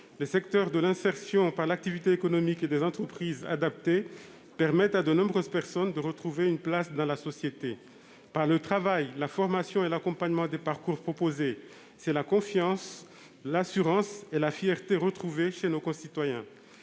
les secteurs de l'insertion par l'activité économique et des entreprises adaptées permettent à de nombreuses personnes de retrouver une place dans la société. Par le travail, la formation et l'accompagnement des parcours proposés, c'est la confiance, l'assurance et la fierté retrouvée chez nos concitoyens.